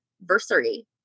Bursary